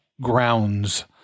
grounds